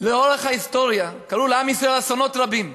לאורך ההיסטוריה קרו לעם ישראל אסונות רבים,